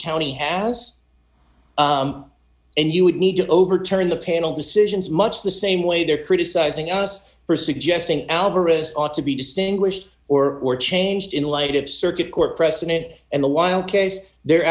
county has and you would need to overturn the panel decisions much the same way they're criticizing us for suggesting alvarez ought to be distinguished or were changed in light of circuit court press in it and the wild case they're